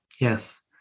Yes